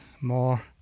more